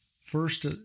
first